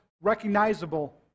recognizable